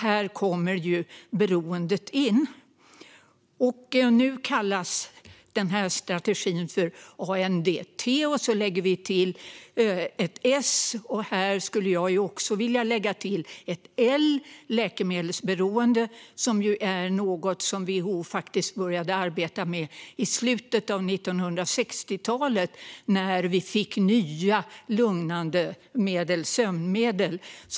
Här kommer beroendet in. Nu kallas strategin ANDT och så lägger vi till ett S. Här skulle jag även vilja lägga till ett L för läkemedelsberoende, som WHO faktiskt började arbeta med i slutet av 1960-talet när vi fick nya lugnande medel och sömnmedel.